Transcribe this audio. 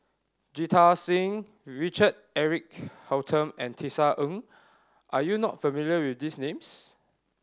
Jita Singh Richard Eric Holttum and Tisa Ng are you not familiar with these names